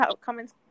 comments